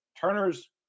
turner's